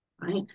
right